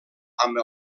amb